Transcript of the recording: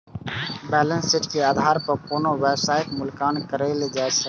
balance sheet के आधार पर कोनो व्यवसायक मूल्यांकन कैल जा सकैए